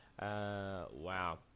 wow